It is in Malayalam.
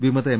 വിമത എം